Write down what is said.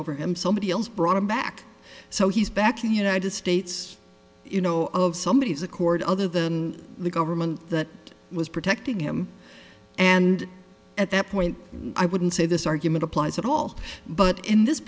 over him somebody else brought him back so he's back to the united states you know of somebody is a court other than the government that was protecting him and at that point i wouldn't say this argument applies at all but in this